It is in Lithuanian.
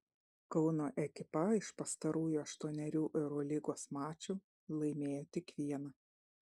kauno ekipa iš pastarųjų aštuonerių eurolygos mačų laimėjo tik vieną